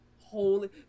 holy